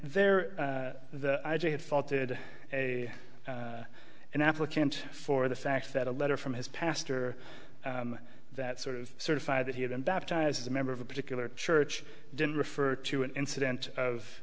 there have faulted a an applicant for the fact that a letter from his pastor that sort of certify that he had been baptized as a member of a particular church didn't refer to an incident of